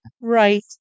right